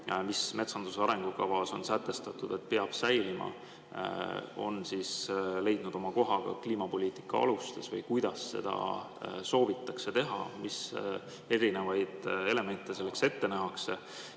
mis metsanduse arengukavas on sätestatud, et peab säilima, on leidnud oma koha ka kliimapoliitika alustes või kuidas seda soovitakse teha, mis erinevaid elemente selleks ette nähakse.